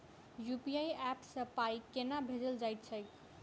UPI app सँ पाई केना भेजल जाइत छैक?